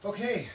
Okay